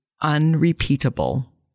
Unrepeatable